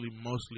mostly